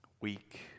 Weak